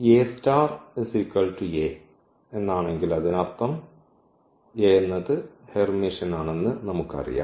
A A എന്നാണെങ്കിൽ അതിനർത്ഥം A എന്നത് ഹെർമിഷ്യൻ ആണെന്ന് നമുക്കറിയാം